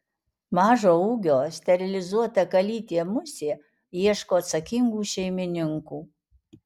mažo ūgio sterilizuota kalytė musė ieško atsakingų šeimininkų